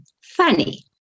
funny